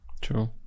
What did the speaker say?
true